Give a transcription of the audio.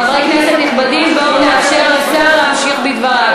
חברי כנסת נכבדים, בואו נאפשר לשר להמשיך בדבריו.